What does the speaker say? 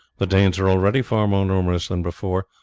the danes are already far more numerous than before,